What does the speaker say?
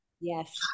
Yes